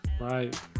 Right